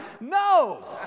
No